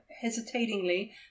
hesitatingly